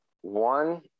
one